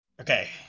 Okay